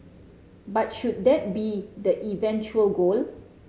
but should that be the eventual goal